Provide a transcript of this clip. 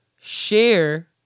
share